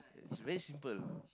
it's very simple